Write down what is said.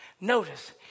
notice